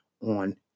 on